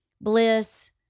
bliss